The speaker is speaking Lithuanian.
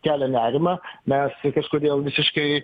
kelia nerimą mes tai kažkodėl visiškai